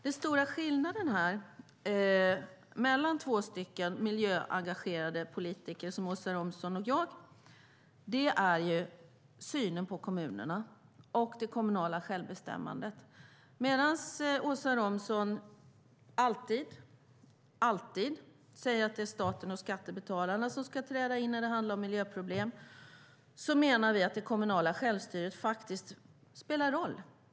Den stora skillnaden mellan två miljöengagerade politiker som Åsa Romson och jag är synen på kommunerna och det kommunala självbestämmandet. Medan Åsa Romson alltid - alltid - säger att det är staten och skattebetalarna som ska träda in när det handlar om miljöproblem menar vi att det kommunala självstyret faktiskt spelar roll.